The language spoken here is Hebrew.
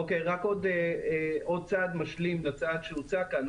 רק עוד צעד משלים לצעד שהוצע כאן,